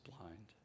blind